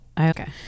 okay